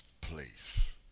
place